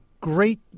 great